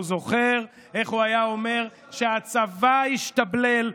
הוא זוכר איך הוא היה אומר שהצבא השתבלל.